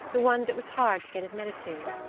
the ones it was hard to get admitted to.